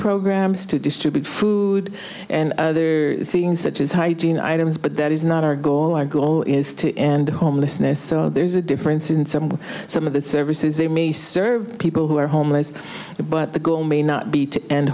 programs to distribute food and other things such as hygiene items but that is not our goal our goal is to end homelessness so there's a difference in some way some of the services they may serve people who are homeless but the goal may not be